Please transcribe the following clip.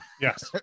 Yes